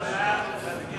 מי בעד?